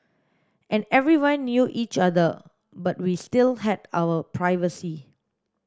and everyone knew each other but we still had our privacy